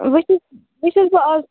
وۄنۍ چھَس بہٕ آز